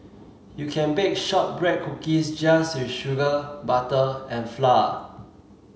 you can bake shortbread cookies just with sugar butter and flour